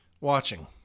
watching